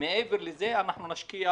ומעבר לזה אנחנו נשקיע